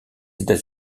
états